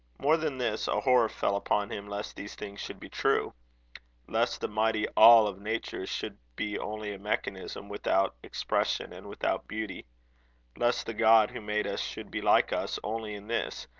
more than this a horror fell upon him lest these things should be true lest the mighty all of nature should be only a mechanism, without expression and without beauty lest the god who made us should be like us only in this,